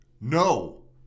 No